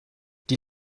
die